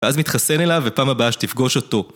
ואז מתחסן אליו, ופעם הבאה שתפגוש אותו.